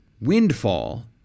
windfall